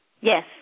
Yes